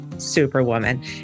superwoman